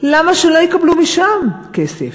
למה שלא יקבלו משם כסף?